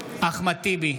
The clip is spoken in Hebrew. אחמד טיבי,